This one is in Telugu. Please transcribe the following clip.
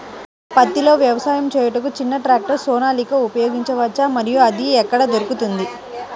పత్తిలో వ్యవసాయము చేయుటకు చిన్న ట్రాక్టర్ సోనాలిక ఉపయోగించవచ్చా మరియు అది ఎక్కడ దొరుకుతుంది?